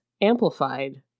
amplified